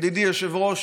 ידידי יושב-ראש